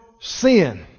sin